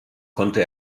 konnte